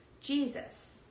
Jesus